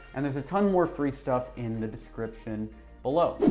and there's a ton more free stuff in the description below.